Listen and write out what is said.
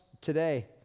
today